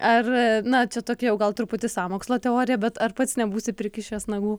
ar na čia tokia jau gal truputį sąmokslo teorija bet ar pats nebūsi prikišęs nagų